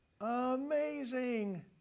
Amazing